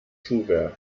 schuhwerk